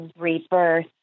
rebirth